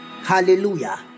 Hallelujah